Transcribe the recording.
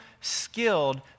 skilled